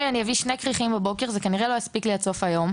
גם אם אביא שני כריכים זה כנראה לא יספיק לי עד סוף היום,